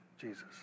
Jesus